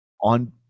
on